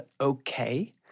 okay